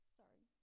sorry